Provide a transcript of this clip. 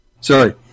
Sorry